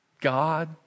God